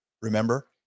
Remember